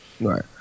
Right